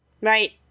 right